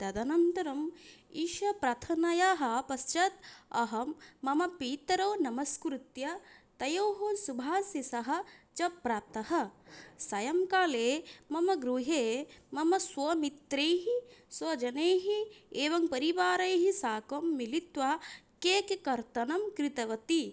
तदनन्तरम् ईशप्रार्थनायाः पश्चात् अहं मम पितरौ नमस्कृत्य तयोः सुभाशिषः च प्राप्तः सायङ्काले मम गृहे मम स्वमित्रैः स्वजनैः एवं परिवारैः साकं मिलित्वा केक् कर्तनं कृतवती